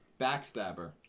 backstabber